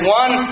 one